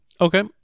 Okay